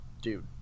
dude